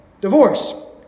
Divorce